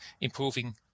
improving